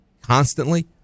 constantly